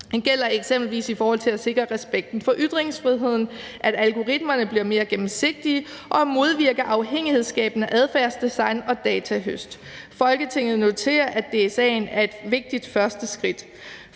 Det gælder eksempelvis i forhold til at sikre respekten for ytringsfriheden, at algoritmerne bliver mere gennemsigtige og at modvirke afhængighedsskabende adfærdsdesign og datahøst. Folketinget noterer, at DSA’en er et vigtigt første skridt.